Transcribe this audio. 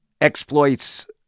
exploits